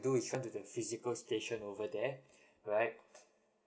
do is went to the physical station over there right